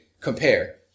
compare